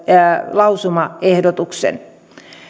lausumaehdotuksen